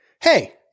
hey